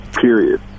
period